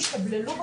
השתבללו בבתים.